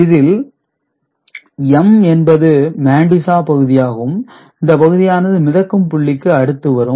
இதில் M என்பது mantissa பகுதி ஆகும் இந்த பகுதியானது மிதக்கும் புள்ளிக்கு அடுத்து வரும்